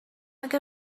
اگر